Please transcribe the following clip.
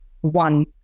one